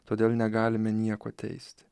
todėl negalime nieko teisti